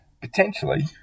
Potentially